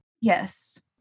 Yes